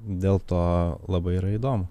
dėl to labai yra įdomu